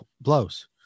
blows